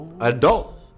adult